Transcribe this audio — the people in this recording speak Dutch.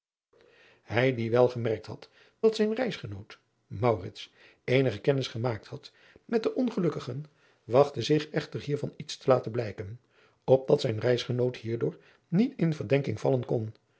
hij die wel gemerkt had dat zijn reisgenoot maurits eenige kennis gemaakt had met den ongelukkigen wachtte zich echter hiervan iets te laten blijken opdat zijn reisgenoot hierdoor niet in verdenking vallen kon